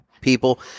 people